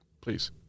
please